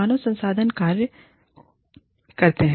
मानव संसाधन क्यों कार्य करते हैं